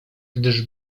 gdyż